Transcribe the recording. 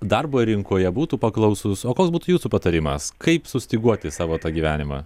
darbo rinkoje būtų paklausūs o koks būtų jūsų patarimas kaip sustyguoti savo gyvenimą